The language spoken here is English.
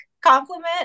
compliment